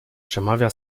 przemawia